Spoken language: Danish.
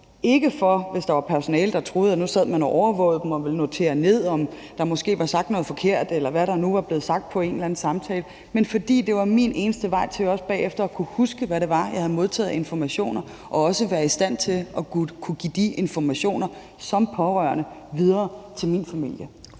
ikke for at der skulle være personale, der troede, at nu sad man og overvågede dem og ville notere, om der måske var sagt noget forkert, eller hvad der nu var blevet sagt til en eller anden samtale, men fordi det var min eneste vej til også bagefter at kunne huske, hvad det var, jeg havde modtaget af informationer, også i forhold til som pårørende at være i stand til at kunne give de informationer videre til min familie.